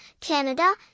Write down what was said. Canada